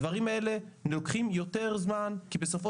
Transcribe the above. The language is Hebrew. הדברים האלה לוקחים יותר זמן כי בסופו